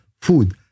food